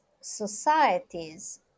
societies